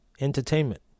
Entertainment